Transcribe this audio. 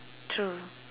true